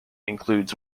includes